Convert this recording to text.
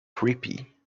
creepy